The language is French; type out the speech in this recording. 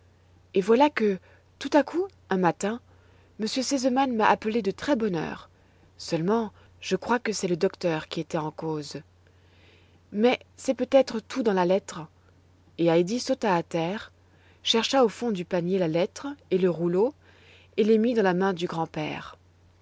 et voilà que tout à coup un matin m r sesemann m'a appelée de très-bonne heure seulement je crois que c'est le docteur qui en était cause mais c'est peut-être tout dans la lettre et heidi sauta à terre chercha au fond du panier la lettre et le rouleau et les mit dans la main du grand-père